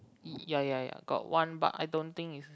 ya ya ya got one but I don't think is